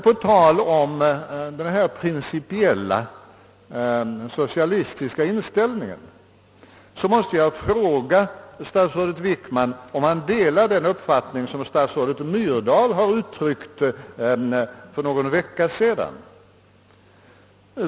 På tal om den principiella socialistiska inställningen måste jag fråga statsrådet Wickman, om han delar den uppfattning som statsrådet Myrdal gav uttryck åt för någon vecka sedan.